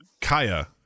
Kaya